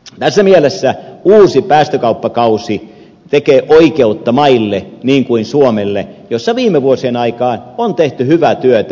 tässä mielessä uusi päästökauppakausi tekee oikeutta maille niin kuin suomelle missä viime vuosien aikaan on tehty hyvää työtä